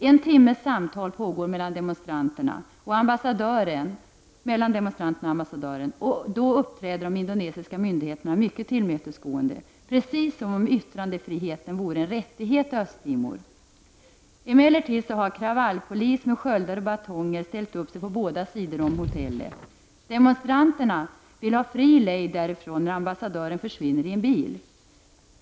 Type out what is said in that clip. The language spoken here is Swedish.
En timmes samtal pågår mellan demonstranterna och ambassadören, och då uppträder de indonesiska myndigheterna mycket tillmötesgående, precis som om yttrandefriheten vore en rättighet i Östra Timor. Emellertid har kravallpolis med sköldar och batonger ställt upp på båda sidor av hotellet. Demonstranterna vill ha fri lejd därifrån, men ambassadören försvinner i en bil.